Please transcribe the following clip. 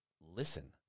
listen